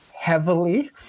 heavily